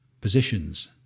positions